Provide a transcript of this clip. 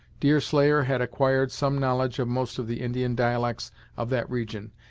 deerslayer had acquired some knowledge of most of the indian dialects of that region,